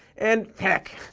and, heck,